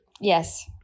Yes